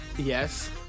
Yes